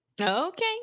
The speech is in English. Okay